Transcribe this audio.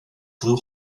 blue